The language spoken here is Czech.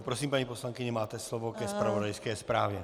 Prosím, paní poslankyně, máte slovo ke zpravodajské zprávě.